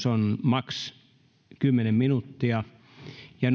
on max kymmenen minuuttia ja